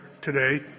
today